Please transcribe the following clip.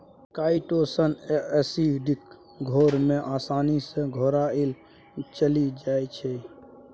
chitosan acidic घोर मे आसानी सँ घोराएल चलि जाइ छै